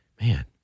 Man